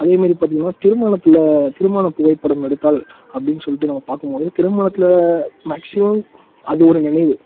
அதே மாரி பார்த்தீங்கன்னா திருமணத்தில் திருமண புகைப்படம் எடுத்தால் அப்படின்னு சொல்லிவிட்டு நம்ப பார்க்கும்மோது திருமணத்தில் மேக்ஸிமம் அது ஒரு நினைவு